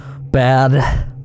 Bad